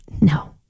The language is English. No